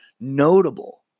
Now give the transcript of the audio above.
notable